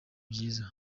byiza